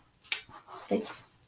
Thanks